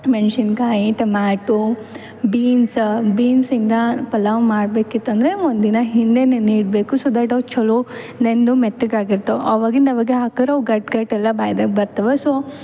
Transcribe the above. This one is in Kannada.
ಮೆಣಸಿನ್ಕಾಯಿ ಟೊಮ್ಯಾಟೋ ಬೀನ್ಸ ಬೀನ್ಸಿಂದ ಪಲಾವ್ ಮಾಡ್ಬೇಕಿತಂದರೆ ಒಂದು ದಿನ ಹಿಂದೇ ನೆನೆಯಿಡಬೇಕು ಸೊ ದಟ್ ಅವು ಚಲೋ ನೆನೆದು ಮೆತ್ತಗೆ ಆಗಿರ್ತವೆ ಅವಾಗಿಂದು ಅವಾಗೆ ಹಾಕ್ರೆ ಅವು ಗಟ್ಟಿ ಗಟ್ಟೆಲ್ಲ ಬಾಯಿದಾಗ ಬರ್ತಾವೆ ಸೊ